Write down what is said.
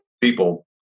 people